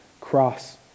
cross